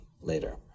later